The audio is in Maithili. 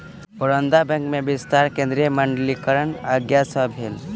बड़ौदा बैंक में विस्तार केंद्रीय मंत्रिमंडलक आज्ञा सँ भेल